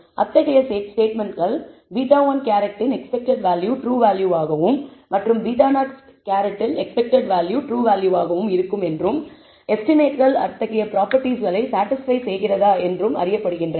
அத்தகைய ஸ்டேட்மெண்ட்கள் β̂1 இன் எக்ஸ்பெக்டெட் வேல்யூ டுரூ வேல்யூவாகவும் மற்றும் β̂0 இன் எக்ஸ்பெக்டெட் வேல்யூ டுரூ வேல்யூவாகவும் இருக்கும் என்றும் எஸ்டிமேட்கள் அத்தகைய ப்ராபெர்டிஸ்களை சாடிஸ்பய் செய்கிறதா என்றும் அறியப்படுகின்றன